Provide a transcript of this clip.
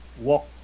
walk